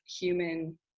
human